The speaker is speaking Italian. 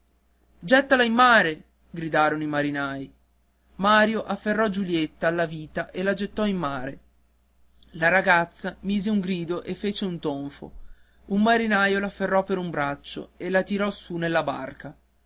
gettala in mare gridarono i marinai mario afferrò giulietta alla vita e la gettò in mare la ragazza mise un grido e fece un tonfo un marinaio l'afferrò per un braccio e la tirò su nella barca